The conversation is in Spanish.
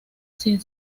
sin